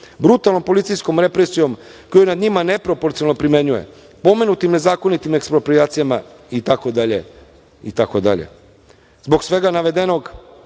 brutalnom policijskom represijom koju nad njima neproporcionalno primenjuje pomenutim nezakonitim eksproprijacijama itd. Zbog svega navedenog